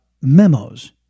memos